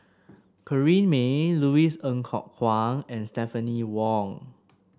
Corrinne May Louis Ng Kok Kwang and Stephanie Wong